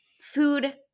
food